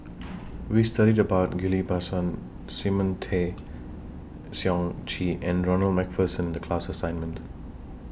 We studied about Ghillie BaSan Simon Tay Seong Chee and Ronald MacPherson in The class assignment